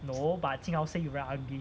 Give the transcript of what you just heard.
no but jing hao say you very ugly